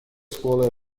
scuole